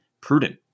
prudent